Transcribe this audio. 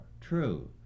true